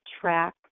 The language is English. track